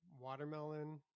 watermelon